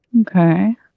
Okay